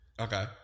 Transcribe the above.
Okay